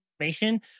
information